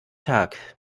tag